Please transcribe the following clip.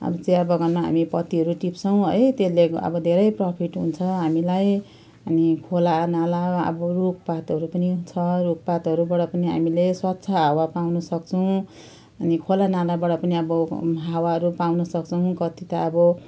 अब चियाबगानमा हामी पत्तीहरू टिप्छौँ है त्यसले अब धेरै प्रफिट हुन्छ हामीलाई अनि खोलानाला अब रुखपातहरू पनि छ रुखपातहरूबाट पनि हामीले स्वच्छ हावा पाउनसक्छौँ अनि खोलानालाबाट पनि अब हावाहरू पाउनसक्छौँ कति त अब